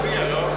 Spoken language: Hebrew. יצביע נגד.